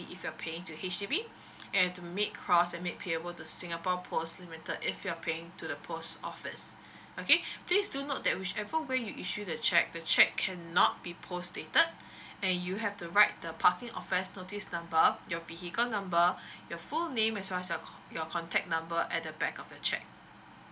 if you're paying to H_D_B and to make crossed and make payable to singapore posimented if you're paying to the post office okay please do note that whichever way that you issue the cheque the cheque cannot be post dated and you have to write the parking offence notice number your vehicle number your full name as well as your contact number at the back of the cheque